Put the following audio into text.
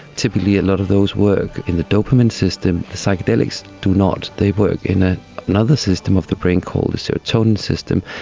typically a lot of those work in the dopamine system, psychedelics do not, they work in ah another system of the brain called the serotonin system,